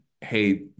hey